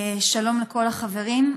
שלום לכל החברים,